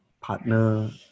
partner